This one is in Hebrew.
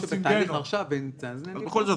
בכל זאת,